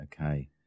okay